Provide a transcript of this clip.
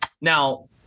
Now